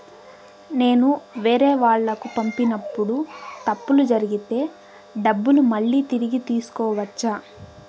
నేను వేరేవాళ్లకు పంపినప్పుడు తప్పులు జరిగితే డబ్బులు మళ్ళీ తిరిగి తీసుకోవచ్చా?